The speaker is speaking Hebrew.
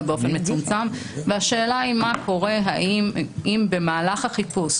באופן מצומצם והשאלה היא מה קורה אם במהלך החיפוש,